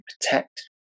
protect